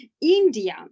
India